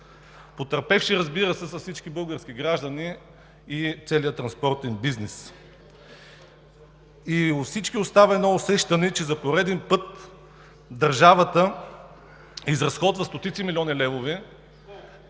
Потърпевши, разбира се, са всички български граждани и целият транспортен бизнес. У всички остава усещане, че за пореден път държавата изразходва стотици милиони левове…